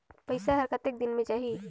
पइसा हर कतेक दिन मे जाही?